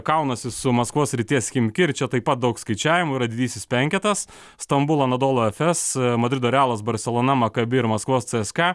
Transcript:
kaunasi su maskvos srities chimki ir čia taip pat daug skaičiavimų yra didysis penketas stambulo anadolu efes madrido realas barselona maccabi ir maskvos cska